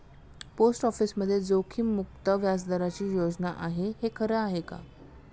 Post ऑफिसमध्ये जोखीममुक्त व्याजदराची योजना आहे, हे खरं आहे का?